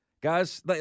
guys